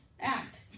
act